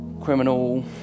criminal